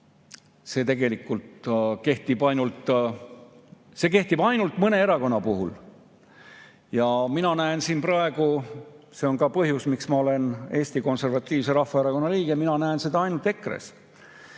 see tegelikult kehtib ainult mõne erakonna puhul. Mina näen seda praegu – see on ka põhjus, miks ma olen Eesti Konservatiivse Rahvaerakonna liige – ainult EKRE‑s.